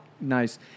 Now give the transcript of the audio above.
nice